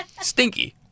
stinky